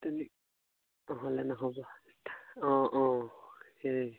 তেনেহ'লে নহ'ব অঁ অঁ